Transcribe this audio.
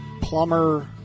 plumber